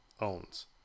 owns